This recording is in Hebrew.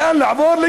לאן לעבור?